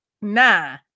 nah